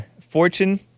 Fortune